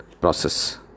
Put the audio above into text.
process